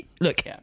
Look